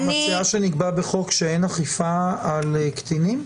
את מציעה שנקבע בחוק שאין אכיפה על קטינים?